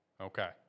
Okay